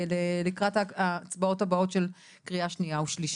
לקראת ההצבעות הבאות של קריאה שנייה ושלישית.